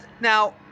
Now